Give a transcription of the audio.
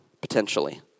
potentially